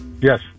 Yes